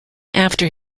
after